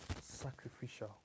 sacrificial